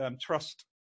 trust